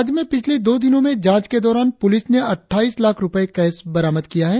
राज्य में पिछले दो दिनों में जांच के दौरान पुलिस ने अट्ठाईस लाख रुपये कैश बरामद हुआ है